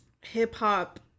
hip-hop